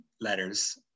letters